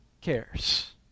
cares